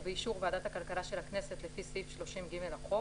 ובאישור ועדת הכלכלה של הכנסת לפי סעיף 30(ג) לחוק,